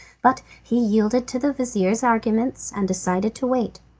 but he yielded to the vizir's arguments and decided to wait.